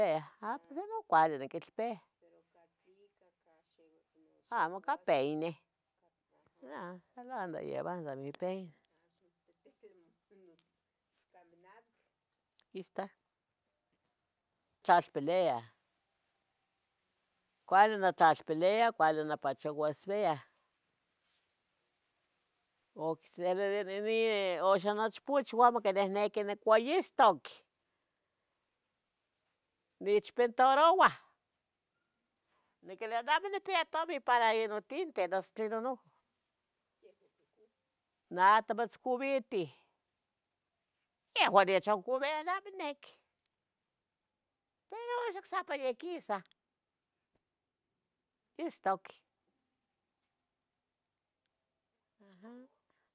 . inon cuali niquelpeh, amo ca peine, ah, lo ando llevando mi peine, aqui esta. Tlalpelia, cuale notlalpelia, cuali nopachouasuia, ocse de de ninin oxon nochpuchuan amo quinehnequeh nicuayistac, nichpintarouah. Niquilia neh amo nipia tomin para inon tinteh, nosu tlenon non, na tomitzcuvitih. yehvan nechoncouiah, neh amo nequi pero, axon ocsepa ya quisah istac, aha.